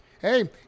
Hey